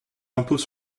impôts